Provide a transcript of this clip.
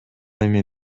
эми